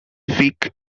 vic